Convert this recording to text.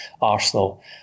Arsenal